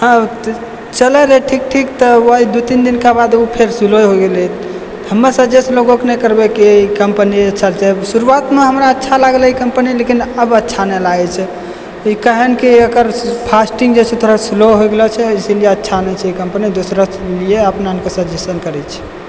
हँ तऽ चलै रहै ठीक ठीक तऽ दू तीन दिनके बाद ओ फेर स्लो होइ गेलै हमरासँ जे लोगके सजेस्ट नहि करबै कि शुरुआतमे हमरा अच्छा लागलै कम्पनी लेकिन अब अच्छा नहि लागै छै ई कारण कि एकर फास्टिंग जे छै थोड़ा स्लो हो गेलो छै इसीलिए अच्छा नहि छै ई कम्पनी दोसरो के लिए अपना आपके सजेशन करै छी